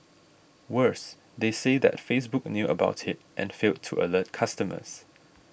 worse they say that Facebook knew about it and failed to alert customers